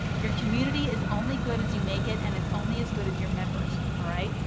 your community is only good as you make it and it's only as good as your members, alright?